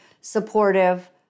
supportive